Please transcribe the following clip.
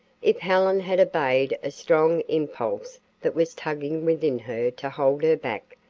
if helen had obeyed a strong impulse that was tugging within her to hold her back,